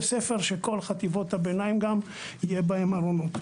ספר שכל חטיבות הביניים יהיה בהם ארונות.